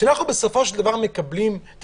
כשאנחנו בסופו של דבר מקבלים את